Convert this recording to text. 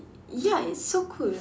ya it's so cool